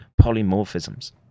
polymorphisms